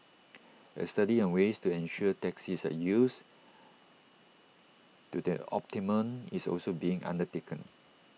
A study on ways to ensure taxis are used to the optimum is also being undertaken